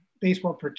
baseball